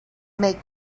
make